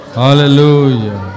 hallelujah